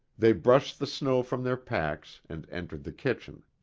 they brushed the snow from their pacs and entered the kitchen.